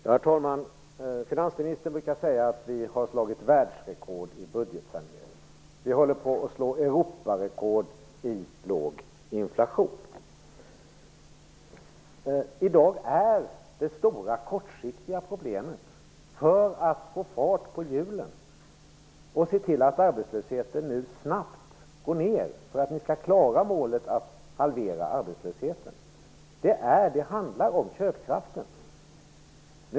Herr talman! Finansministern brukar säga att vi har slagit världsrekord i budgetsanering, och vi håller på att slå Europarekord i låg inflation. I dag är detta det stora kortsiktiga problemet. Ni måste få fart på hjulen och se till att arbetslösheten nu snabbt går ned för att ni skall klara målet att halvera arbetslösheten. Det handlar om köpkraft.